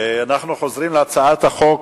אנחנו חוזרים להצעת חוק